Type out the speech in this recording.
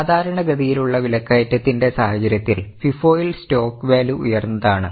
സാധാരണഗതിയിലുള്ള വിലക്കയറ്റത്തിന്റെ സാഹചര്യത്തിൽ FIFO യിൽ സ്റ്റോക്ക് വാല്യൂ ഉയർന്നതാണ്